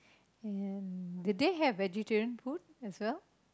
and do they have vegetarian food as well